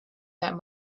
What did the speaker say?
that